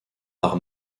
par